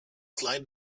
slide